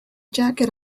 jacket